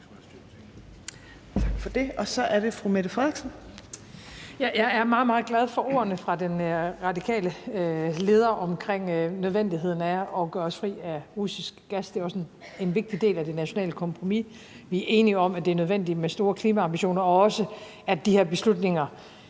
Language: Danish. Frederiksen. Kl. 14:44 Mette Frederiksen (S): Jeg er meget, meget glad for ordene fra den radikale leder omkring nødvendigheden af at gøre os fri af russisk gas. Det er også en vigtig del af det nationale kompromis. Vi er enige om, at det er nødvendigt med store klimaambitioner og også om, at de her beslutninger